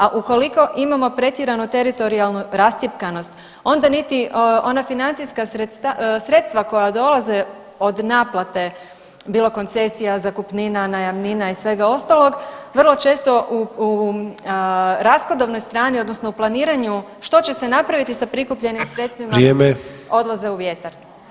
A ukoliko imamo pretjeranu teritorijalnu rascjepkanost onda niti ona financijska sredstva koja dolaze od naplate bilo koncesija, zakupnina, najamnina i svega ostalog vrlo često u rashodovnoj strani odnosno planiranju što će se napraviti sa prikupljenim sredstvima [[Upadica Sanader: Vrijeme.]] odlaze u vjetar.